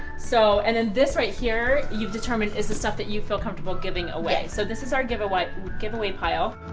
so and then this right here, you've determined is the stuff that you feel comfortable giving away, so this is our giveaway giveaway pile.